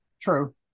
True